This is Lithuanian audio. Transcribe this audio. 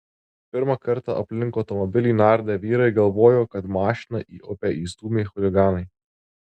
pirmą kartą aplink automobilį nardę vyrai galvojo kad mašiną į upę įstūmė chuliganai